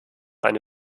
eine